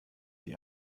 die